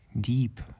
deep